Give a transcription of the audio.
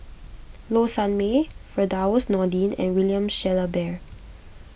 Low Sanmay Firdaus Nordin and William Shellabear